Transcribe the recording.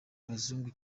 abazungu